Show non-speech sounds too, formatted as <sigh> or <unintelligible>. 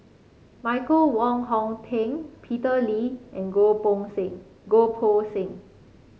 Michael Wong Hong Teng Peter Lee and Goh <unintelligible> Seng Goh Poh Seng